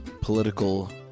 political